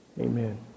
Amen